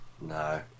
No